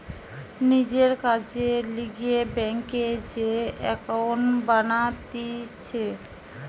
নিজের কাজের লিগে ব্যাংকে যে একাউন্ট বানাতিছে